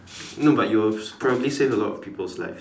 no but you'll probably save a lot people's life